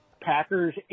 Packers